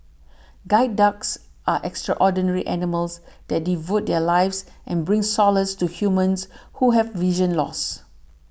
guide dogs are extraordinary animals that devote their lives and bring solace to humans who have vision loss